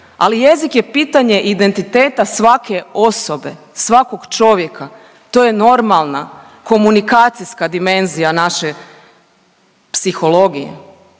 ali jezik je pitanje identiteta svake osobe, svakog čovjeka, to je normalna komunikacijska dimenzija naše psihologije